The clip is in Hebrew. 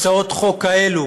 הצעות חוק כאלה